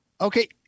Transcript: okay